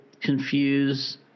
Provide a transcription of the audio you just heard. confuse